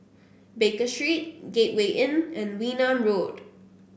Baker Street Gateway Inn and Wee Nam Road